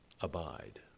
abide